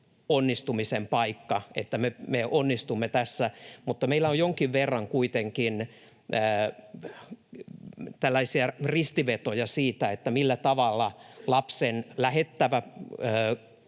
onnistumisen paikka, että me onnistumme tässä. Mutta meillä on jonkin verran kuitenkin tällaisia ristivetoja siitä, millä tavalla lapsen lähettävä